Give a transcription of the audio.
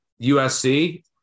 USC